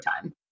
time